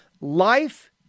Life